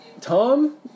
tom